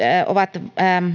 ovat